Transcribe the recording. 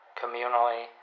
communally